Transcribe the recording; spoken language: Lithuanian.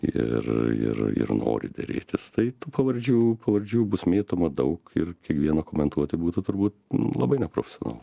ir ir ir nori derėtis tai tų pavardžių pavardžių bus mėtoma daug ir kiekvieną komentuoti būtų turbūt labai neprofesionalu